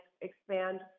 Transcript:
expand